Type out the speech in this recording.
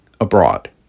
abroad